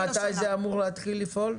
מתי זה אמור להתחיל לפעול?